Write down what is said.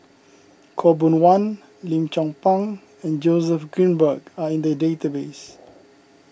Khaw Boon Wan Lim Chong Pang and Joseph Grimberg are in the database